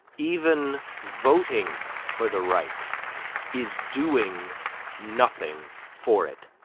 even voting for the right is doing nothing for it.